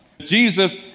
Jesus